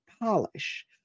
polish